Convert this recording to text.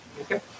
Okay